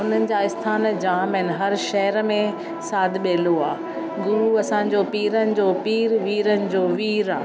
हुननि जा आस्थान जाम आहिनि हर शहर में साध ॿेलो आहे गुरु असां जो पीरनि जो पीर वीरनि जो वीर आहे